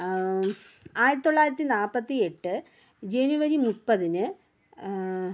ആയിരത്തി തൊള്ളായിരത്തി നാൽപത്തി എട്ട് ജനുവരി മുപ്പതിന്